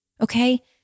Okay